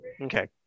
Okay